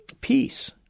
peace